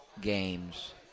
games